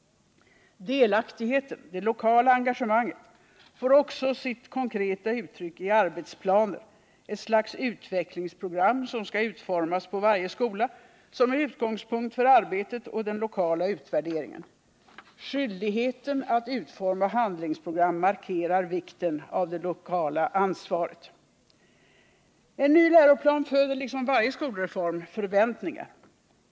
Delaktigheten, det lokala engagemanget, får också sitt konkreta uttryck i 45 arbetsplaner, ett slags utvecklingsprogram som skall utformas på varje skola som en utgångspunkt för arbetet och den lokala utvärderingen. Skyldigheten att utforma handlingsprogram markerar vikten av det lokala ansvaret. En ny läroplan föder — liksom varje skolreform — förväntningar.